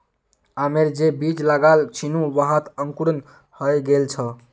आमेर जे बीज लगाल छिनु वहात अंकुरण हइ गेल छ